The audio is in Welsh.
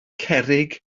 cerrig